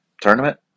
tournament